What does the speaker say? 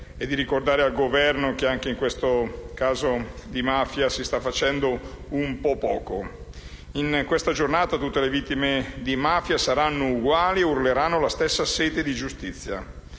ricordare al Governo che anche in questo caso contro la mafia si sta facendo poco. In questa giornata tutte le vittime di mafia saranno uguali e urleranno la stessa sete di giustizia;